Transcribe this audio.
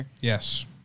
Yes